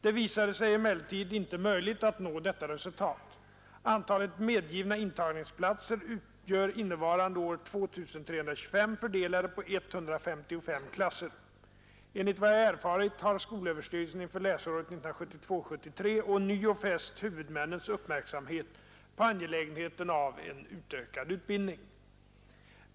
Det visade sig emellertid inte möjligt att nå detta resultat. Antalet medgivna intagningsplatser utgör innevarande år 2 325, fördelade på 155 klasser. Enligt vad jag erfarit har skolöverstyrelsen inför läsåret 1972/73 ånyo fäst huvudmännens uppmärksamhet på angelägenheten av en utökad utbildning.